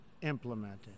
implemented